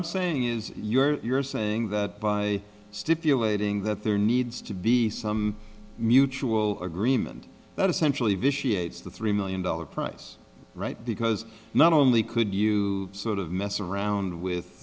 i'm saying is you're saying that by stipulating that there needs to be some mutual agreement that essentially vitiate the three million dollar price right because not only could you sort of mess around with